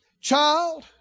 child